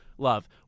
Love